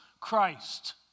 Christ